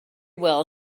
well